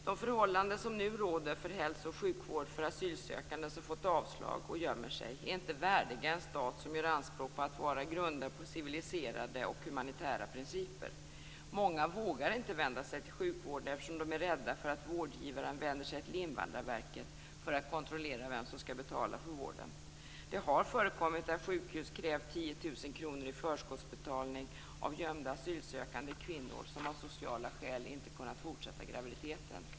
De förhållanden som nu råder för hälso och sjukvård för asylsökande som fått avslag och gömmer sig är inte värdiga en stat som gör anspråk på att vara grundad på civiliserade och humanitära principer. Många vågar inte vända sig till sjukvården, eftersom de är rädda för att vårdgivaren vänder sig till Invandrarverket för att kontrollera vem som skall betala för vården. Det har förekommit att sjukhus krävt 10 000 kr i förskottsbetalning av gömda asylsökande kvinnor som av sociala skäl inte har kunnat fortsätta en graviditet.